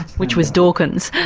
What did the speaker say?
which was dawkins.